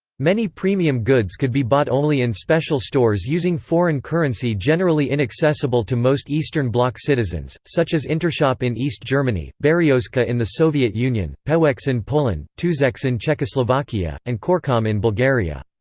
many premium goods could be bought only in special stores using foreign currency generally inaccessible to most eastern bloc citizens, such as intershop in east germany, beryozka in the soviet union, pewex in and poland, tuzex in czechoslovakia, and corecom in bulgaria.